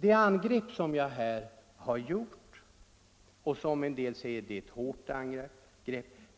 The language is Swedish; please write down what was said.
Det angrepp som jag här har gjort och som någon betecknade som ett hårt angrepp